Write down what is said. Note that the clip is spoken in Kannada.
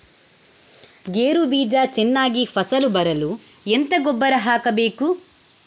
ಗೇರು ಬೀಜ ಚೆನ್ನಾಗಿ ಫಸಲು ಬರಲು ಎಂತ ಗೊಬ್ಬರ ಹಾಕಬೇಕು?